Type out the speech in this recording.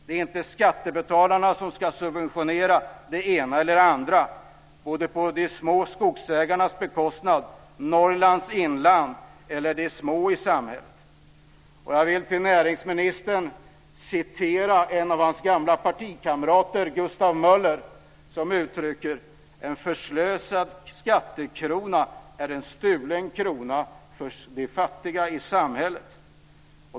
Det är inte skattebetalarna som ska subventionera det ena eller det andra på de små skogsägarnas bekostnad, på bekostnad av Norrlands inland eller de små i samhället. Jag vill för näringsministern citera en av hans gamla partikamrater Gustav Möller som uttrycker det så här: En förslösad skattekrona är en stulen krona för de fattiga i samhället.